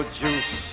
juice